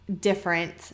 different